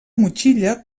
motxilla